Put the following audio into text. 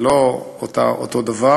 זה לא אותו דבר.